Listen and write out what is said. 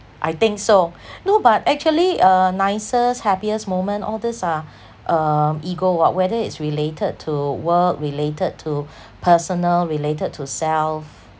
I think so no but actually uh nicest happiest moment all these are um equal [what] whether it's related to work related to personal related to self